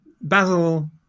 Basil